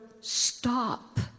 stop